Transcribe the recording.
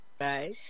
Right